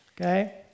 okay